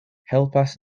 helpas